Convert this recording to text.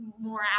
more